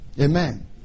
Amen